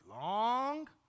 long